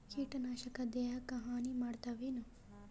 ಕೀಟನಾಶಕ ದೇಹಕ್ಕ ಹಾನಿ ಮಾಡತವೇನು?